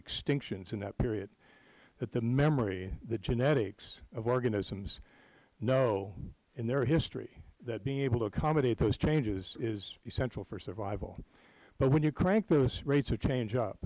extinctions during that period that the memory the genetics of organisms know in their history that being able to accommodate those changes is essential for survival but when you crank those rates of change up